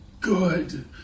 Good